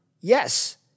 Yes